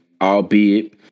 albeit